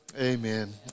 amen